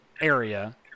area